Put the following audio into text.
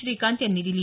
श्रीकांत यांनी दिली